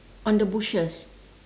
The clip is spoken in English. on the bushes